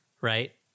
right